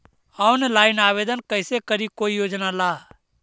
Online आवेदन कैसे करी कोई योजना ला?